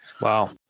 wow